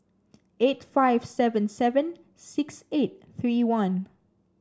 eight five seven seven six eight three one